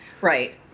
Right